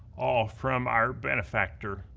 all from our benefactor,